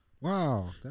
wow